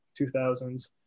2000s